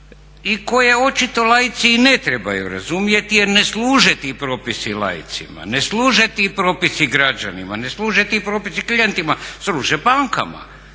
i koje očito laici i ne trebaju razumjeti jer ne služe ti propisi laicima, ne služe ti propisi građanima, ne služe ti propisi klijentima, služe bankama.